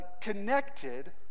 connected